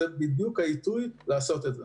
זה בדיוק העיתוי לעשות את זה.